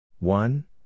One